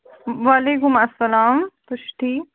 وعلیکُم اسلام تُہۍ چھُو ٹھیٖک